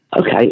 Okay